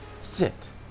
sit